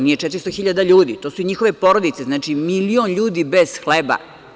Nije 400 hiljada ljudi to su i njihove porodice, znači, milion ljudi bez hleba.